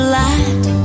light